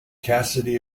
cassidy